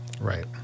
Right